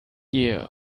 year